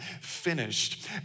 finished